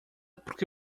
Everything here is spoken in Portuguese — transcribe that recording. porque